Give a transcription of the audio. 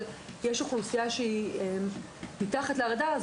אבל יש אוכלוסייה שהיא מתחת לרדאר אז